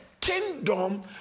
kingdom